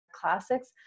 classics